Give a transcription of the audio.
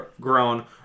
grown